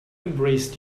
embrace